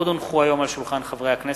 הצעת חוק הרשות